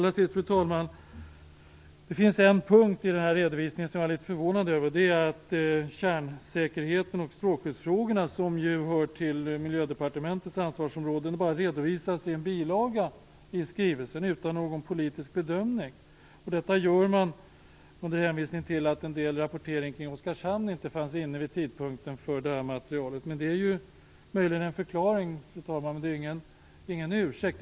Det finns, fru talman, en sak i den här redovisningen som jag är litet förvånad över, nämligen att kärnsäkerhets och strålskyddsfrågorna, som ju hör till Miljödepartementets ansvarsområde, bara redovisas i en bilaga, utan någon politisk bedömning, och detta med hänvisning till att en del rapportering kring Oskarshamn inte fanns inne vid tidpunkten för sammanställandet av materialet. Detta är, fru talman, möjligen en förklaring, men det är ingen ursäkt.